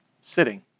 sitting